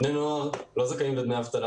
דמי נוער לא זכאים לדמי אבטלה,